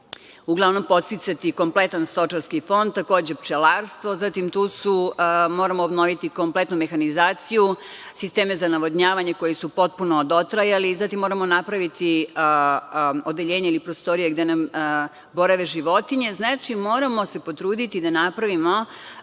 uglavnom podsticati kompletan stočarski fond, takođe pčelarstvo. Zatim, moramo obnoviti kompletnu mehanizaciju, sisteme za navodnjavanje koji su potpuno dotrajali. Zatim, moramo napraviti odeljenje ili prostorije gde nam borave životinje. Znači, moramo se potruditi da napravimo